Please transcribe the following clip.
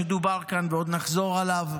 שדובר כאן ועוד נחזור אליו.